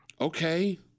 Okay